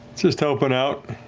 just helping out.